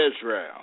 Israel